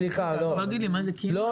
סליחה --- אתה יכול להגיד לי מה זה קינו?